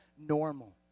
normal